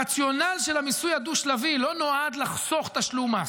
הרציונל של המיסוי הדו-שלבי לא נועד לחסוך תשלום מס.